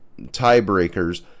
tiebreakers